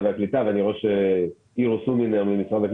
והקליטה ואני רואה שאירוס הומינר ממשרד העלייה